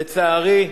לצערי,